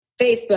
Facebook